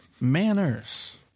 manners